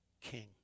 king